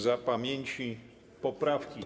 Za pamięci - poprawki.